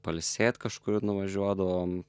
pailsėt kažkur nuvažiuodavom